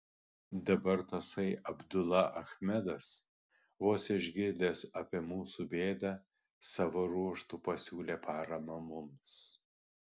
dabar tasai abdula achmedas vos išgirdęs apie mūsų bėdą savo ruožtu pasiūlė paramą mums